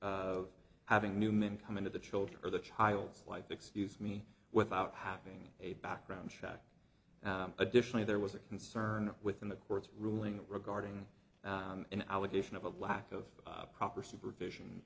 of having new men come into the children or the child's life excuse me without having a background check and additionally there was a concern within the court's ruling regarding an allegation of a lack of proper supervision